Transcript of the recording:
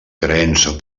creença